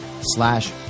slash